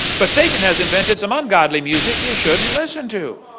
but satan has invented some ungodly music you shouldn't listen to.